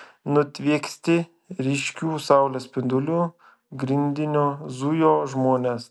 nutvieksti ryškių saulės spindulių grindiniu zujo žmonės